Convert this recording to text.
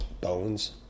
bones